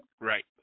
Right